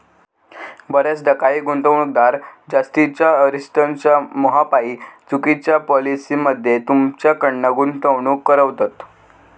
बऱ्याचदा काही गुंतवणूकदार जास्तीच्या रिटर्न्सच्या मोहापायी चुकिच्या पॉलिसी मध्ये तुमच्याकडना गुंतवणूक करवतत